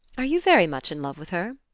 are you very much in love with her?